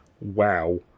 wow